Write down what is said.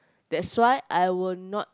that's why I will not